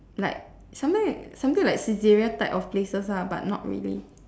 like something something like Saizeriya type of places lah but not really